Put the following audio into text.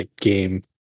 game